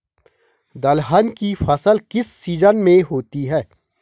दलहन की फसल किस सीजन में होती है?